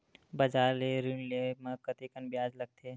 बजार ले ऋण ले म कतेकन ब्याज लगथे?